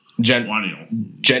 Gen